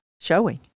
showing